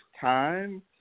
time